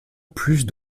plus